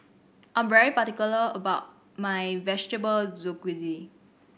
I'm particular about my Vegetable Jalfrezi